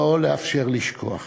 לא לאפשר לשכוח,